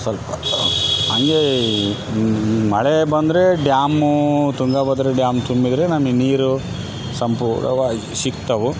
ಸ್ವಲ್ಪ ಹಂಗೇ ಮಳೆ ಬಂದರೆ ಡ್ಯಾಮು ತುಂಗಭದ್ರ ಡ್ಯಾಮ್ ತುಂಬಿದರೆ ನಮಗ್ ನೀರು ಸಂಪೂರ್ಣವಾಗಿ ಸಿಗ್ತವು